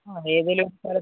ആ ഏതേലും സ്ഥലത്തിൻ്റ